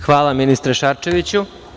Hvala, ministre Šarčeviću.